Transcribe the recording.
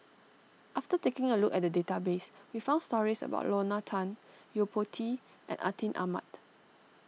after taking a look at the database we found stories about Lorna Tan Yo Po Tee and Atin Amat